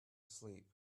asleep